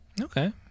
Okay